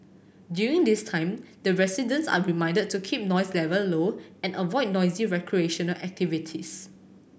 during this time the residents are reminded to keep noise level low and avoid noisy recreational activities